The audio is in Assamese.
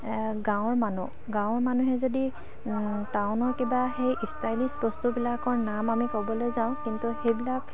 গাঁৱৰ মানুহ গাঁৱৰ মানুহে যদি টাউনৰ কিবা সেই ষ্টাইলিছ বস্তুবিলাকৰ নাম আমি ক'বলৈ যাওঁ কিন্তু সেইবিলাক